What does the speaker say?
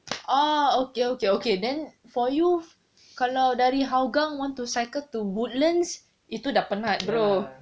orh okay okay okay then for you kalau dari hougang want to cycle to woodlands itu dah penat bro